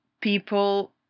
people